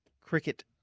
cricket